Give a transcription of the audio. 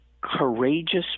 courageous